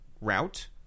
route